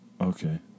Okay